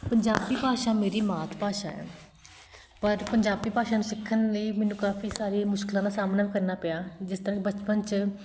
ਪੰਜਾਬੀ ਭਾਸ਼ਾ ਮੇਰੀ ਮਾਤ ਭਾਸ਼ਾ ਹੈ ਪਰ ਪੰਜਾਬੀ ਭਾਸ਼ਾ ਨੂੰ ਸਿੱਖਣ ਲਈ ਮੈਨੂੰ ਕਾਫੀ ਸਾਰੇ ਮੁਸ਼ਕਿਲਾਂ ਦਾ ਸਾਹਮਣਾ ਕਰਨਾ ਪਿਆ ਜਿਸ ਤਰ੍ਹਾਂ ਬਚਪਨ 'ਚ